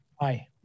Aye